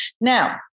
Now